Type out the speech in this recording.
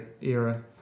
era